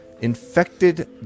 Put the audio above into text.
Infected